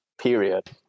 period